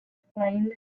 explained